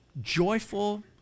joyful